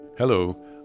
Hello